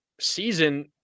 season